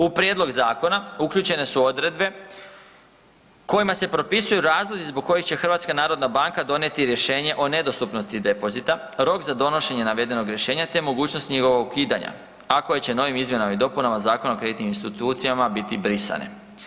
U prijedlog zakona uključene su odredbe kojima se propisuju razlozi zbog kojih će HNB donijeti rješenje o nedostupnosti depozita, rok za donošenje navedenog rješenja te mogućnost njegovog ukidanja, a koje će novim izmjenama i dopunama Zakona o kreditnim institucijama biti brisane.